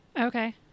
Okay